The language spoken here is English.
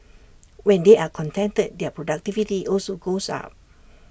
when they are contented their productivity also goes up